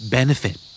Benefit